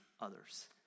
others